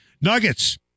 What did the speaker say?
Nuggets